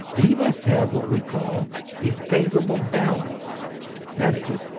we must have what we call a favorable balance that is,